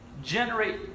Generate